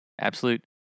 absolute